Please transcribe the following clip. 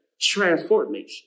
Transformation